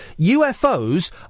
UFOs